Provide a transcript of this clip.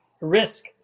risk